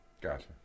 Gotcha